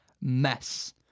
mess